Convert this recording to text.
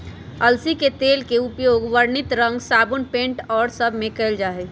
अलसी के तेल के उपयोग वर्णित रंग साबुन पेंट और सब में कइल जाहई